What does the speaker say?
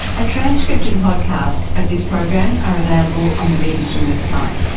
a transcript and podcast of this program are available on the rear vision website.